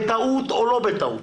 בטעות או לא בטעות,